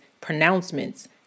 pronouncements